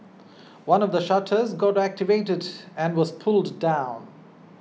one of the shutters got activated and was pulled down